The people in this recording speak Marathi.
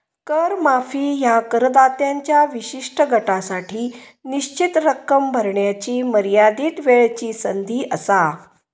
कर माफी ह्या करदात्यांच्या विशिष्ट गटासाठी निश्चित रक्कम भरण्याची मर्यादित वेळची संधी असा